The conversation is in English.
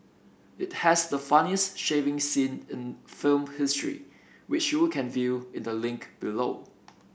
it has the funniest shaving scene in film history which you can view in the link below